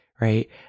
right